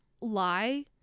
lie